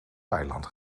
thailand